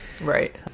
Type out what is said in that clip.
Right